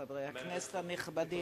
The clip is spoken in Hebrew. חברי הכנסת הנכבדים,